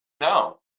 No